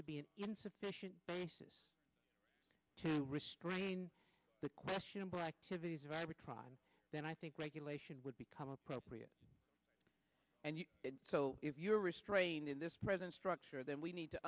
to be an insufficient basis to restrain the questionable activities of i would try then i think regulation would become appropriate and so if you're restrained in this present structure then we need to